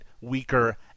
weaker